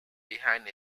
behind